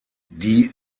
die